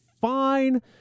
fine